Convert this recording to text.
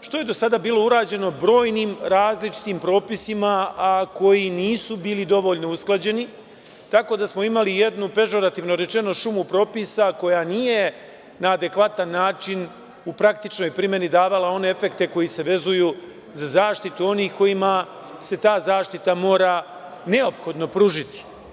što je do sada bilo urađeno brojnim različitim propisima, a koji nisu bili dovoljno usklađeni, tako da smo imali jednu, pežorativno rečeno, šumu propisa koja nije na adekvatan način u praktičnoj primeni davala one efekte koji se vezuju za zaštitu onih kojima se ta zaštita mora neophodno pružiti.